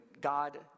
god